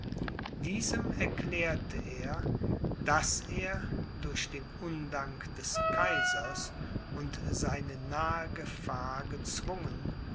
diesem erklärte er daß er durch den undank des kaisers und seine nahe gefahr gezwungen